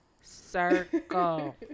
circle